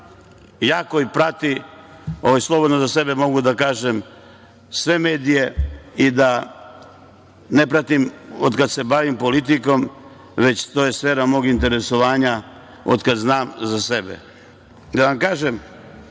Ja koji pratim, slobodno za sebe mogu da kažem, sve medije i da ne pratim od kada se bavim politikom već to je sfera mog interesovanja od znam za sebe. Da vam kažem,